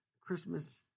Christmas